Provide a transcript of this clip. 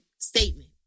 statement